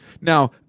Now